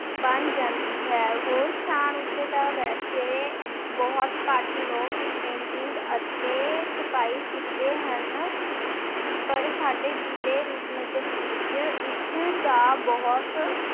ਬਣ ਜਾਂਦੀ ਹੈ ਹੋਰ ਸਥਾਨ ਉੱਤੇ ਤਾਂ ਵੈਸੇ ਬਹੁਤ ਘੱਟ ਲੋਕ ਹੀ ਪੇਂਟਿੰਗ ਅਤੇ ਛਪਾਈ ਸਿੱਖਦੇ ਹਨ ਪਰ ਸਾਡੇ ਜ਼ਿਲ੍ਹੇ ਰੂਪਨਗਰ ਵਿੱਚ ਇਸ ਦਾ ਬਹੁਤ